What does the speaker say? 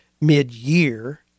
mid-year